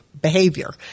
behavior